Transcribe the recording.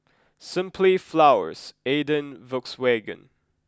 simply Flowers Aden and Volkswagen